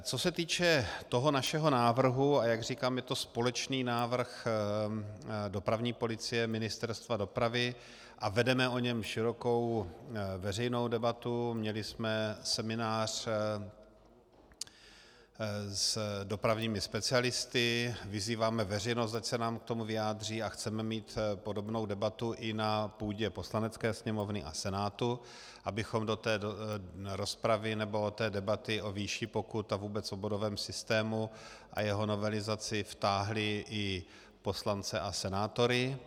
Co se týče našeho návrhu a jak říkám, je to společný návrh dopravní policie a Ministerstva dopravy a vedeme o něm širokou veřejnou debatu, měli jsme seminář s dopravními specialisty, vyzýváme veřejnost, ať se nám k tomu vyjádří, a chceme mít podobnou debatu i na půdě Poslanecké sněmovny a Senátu, abychom do té rozpravy nebo debaty o výši pokut a vůbec o bodovém systému a jeho novelizaci vtáhli i poslance a senátory.